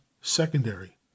secondary